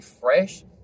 fresh